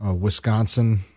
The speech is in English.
Wisconsin